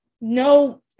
no